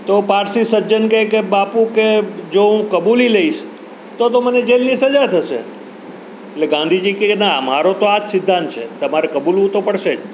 તો પારસી સજ્જન કહે કે બાપુ કે જો હું કબૂલી લઇશ તો તો મને જેલની સજા થશે એટલે ગાંધીજી કહે કે ના મારો તો આ જ સિદ્ધાંત છે તમારે કબૂલવું તો પડશે જ